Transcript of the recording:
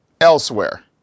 elsewhere